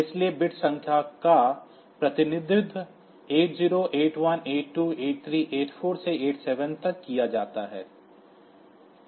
इसलिए बिट संख्या का प्रतिनिधित्व 80 81 82 83 84 से 87 तक किया जाता है